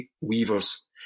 weavers